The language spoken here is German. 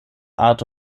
art